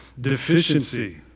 deficiency